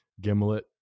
Gimlet